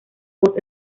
vos